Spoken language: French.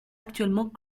actuellement